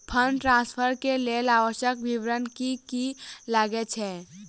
Fund transfer केँ लेल आवश्यक विवरण की की लागै छै?